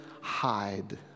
hide